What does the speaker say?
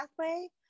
pathway